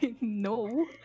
No